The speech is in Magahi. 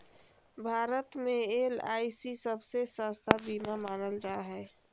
भारत मे एल.आई.सी सबसे सस्ता बीमा मानल जा हय